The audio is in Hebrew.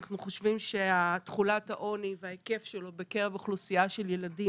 אנחנו חושבים שתחולת העוני וההיקף שלו בקרב אוכלוסייה של ילדים